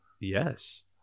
yes